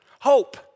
Hope